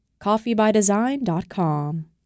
Coffeebydesign.com